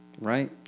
right